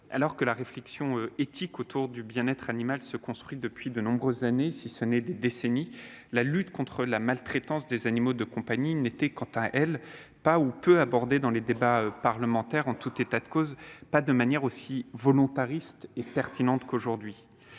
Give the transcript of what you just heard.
alors que la réflexion éthique autour du bien-être animal se construit depuis de nombreuses années, voire des décennies, la lutte contre la maltraitance des animaux de compagnie n'était, quant à elle, pas ou peu abordée dans les débats parlementaires. En tout état de cause, elle ne l'était pas de manière aussi volontariste et pertinente qu'aujourd'hui.